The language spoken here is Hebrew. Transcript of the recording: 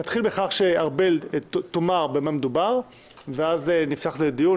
נתחיל בכך שארבל אסטרחן תאמר במה מדובר ואז נפתח את הדיון,